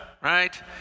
right